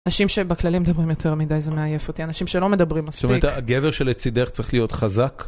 אנשים שבכללי מדברים יותר מדי זה מעייף אותי, אנשים שלא מדברים מספיק. זאת אומרת הגבר שלצידך צריך להיות חזק?